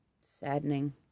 saddening